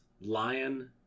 Lion